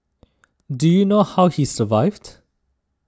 do you know how he survived